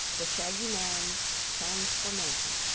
the shaggy man's transformation